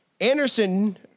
Anderson